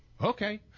okay